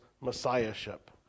messiahship